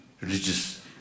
religious